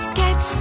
get